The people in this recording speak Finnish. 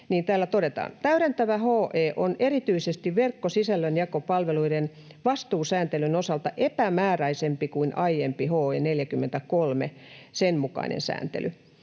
läpi — ”on erityisesti verkkosisällönjakopalveluiden vastuusääntelyn osalta epämääräisempi kuin aiemman, HE 43:n, mukainen sääntely.